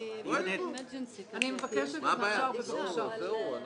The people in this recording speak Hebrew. לא אושרה ותעלה למליאה לקריאה השנייה והשלישית.